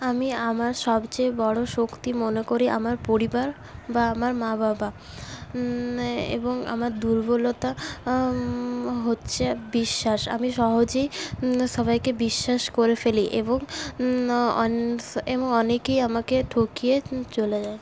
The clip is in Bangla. আমি আমার সবচেয়ে বড়ো শক্তি মনে করি আমার পরিবার বা আমার মা বাবা এবং আমার দুর্বলতা হচ্ছে বিশ্বাস আমি সহজেই সবাইকেই বিশ্বাস করে ফেলি এবং অন এবং অনেকেই আমাকে ঠকিয়ে চলে যায়